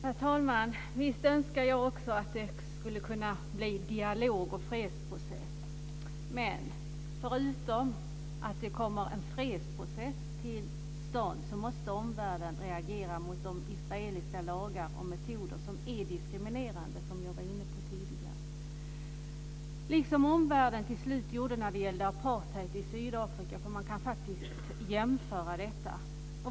Herr talman! Visst önskar jag också att det skulle kunna bli en dialog och en fredsprocess. Men förutom att det kommer en fredsprocess till stånd måste omvärlden reagera mot de israeliska lagar och metoder som är diskriminerande, som jag var inne på tidigare. Det gjorde omvärlden till slut när det gällde apartheid i Sydafrika. Man kan faktiskt jämföra detta.